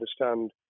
understand